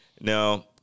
Now